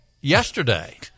yesterday